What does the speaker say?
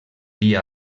dia